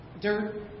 dirt